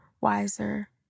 wiser